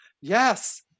Yes